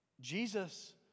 Jesus